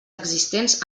existents